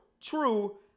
true